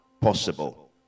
possible